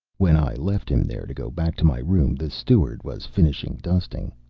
when i left him there to go back to my room the steward was finishing dusting.